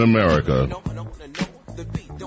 America